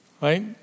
Right